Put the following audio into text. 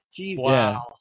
Wow